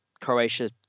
Croatia